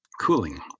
cooling